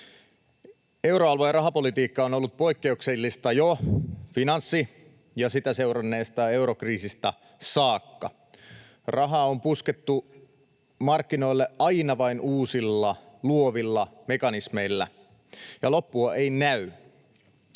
Euroalueen rahapolitiikka on ollut poikkeuksellista jo finanssi- ja sitä seuranneesta eurokriisistä saakka. Rahaa on puskettu markkinoille aina vain uusilla luovilla mekanismeilla, ja loppua ei näy.